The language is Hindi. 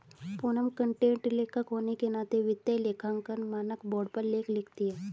पूनम कंटेंट लेखक होने के नाते वित्तीय लेखांकन मानक बोर्ड पर लेख लिखती है